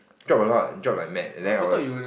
drop a lot drop like mad and then I was